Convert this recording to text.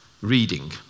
reading